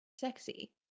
sexy